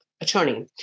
attorney